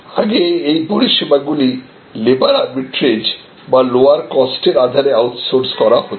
আগে এই পরিষেবা গুলি লেবার আর্বিট্রেজ ও লোয়ার কস্টের আধারে আউটসোর্স করা হতো